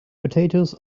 potatoes